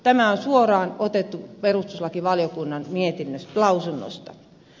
tämä on otettu perustuslakivaliokunnan lausunnosta